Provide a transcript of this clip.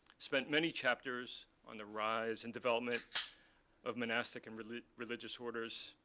spent many chapters on the rise and development of monastic and religious religious orders,